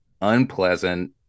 unpleasant